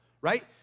right